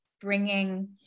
bringing